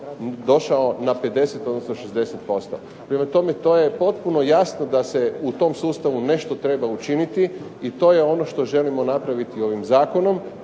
došao na 50, odnosno 60%. Prema tome to je potpuno jasno da se u tom sustavu nešto treba učiniti i to je ono što želimo napraviti ovim zakonom.